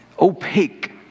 opaque